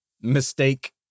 mistake